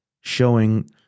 showing